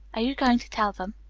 are you going to tell them?